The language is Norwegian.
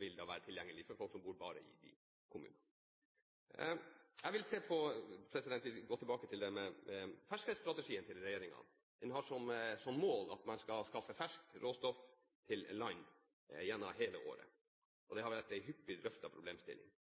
vil da bare være tilgjengelig for folk som bor i de kommunene. Jeg vil gå tilbake til dette med ferskfiskstrategien til regjeringen. Den har som mål at man skal skaffe ferskt råstoff til land gjennom hele året, og dette har vært en hyppig drøftet problemstilling.